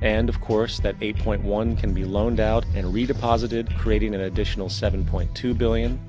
and, of course, that eight point one can be loaned out and redeposited creating an additional seven point two billion